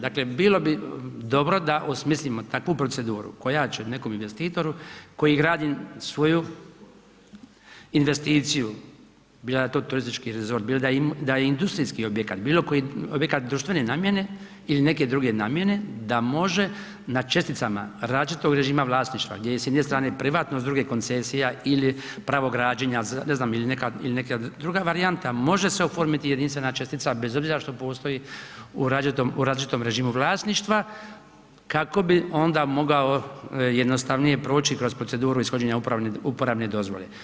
Dakle bilo bi dobro da osmislimo takvu proceduru koja će nekom investitoru koji gradi svoju investiciju, bilo to turistički resort, bilo da je industrijski objekat, bilo koji objekat društvene namjene ili neke druge namjene da može na česticama različitog režima vlasništva gdje je s jedne strane privatno, s druge koncesija ili pravo građenja, ne znam ili neka druga varijanta, može se oformiti jedinstvena čestica bez obzira što postoji u različitom režimu vlasništva kako bi onda mogao jednostavnije proći kroz proceduru ishođenja uporabne dozvole.